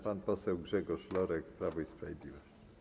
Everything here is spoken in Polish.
Pan poseł Grzegorz Lorek, Prawo i Sprawiedliwość.